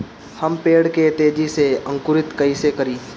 हम पेड़ के तेजी से अंकुरित कईसे करि?